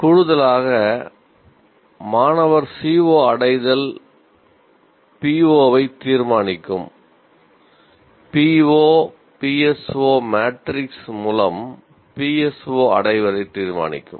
கூடுதலாக மாணவர் CO அடைதல் PO ஐ தீர்மானிக்கும் PO PSO மேட்ரிக்ஸ் மூலம் PSO அடைவதை தீர்மானிக்கும்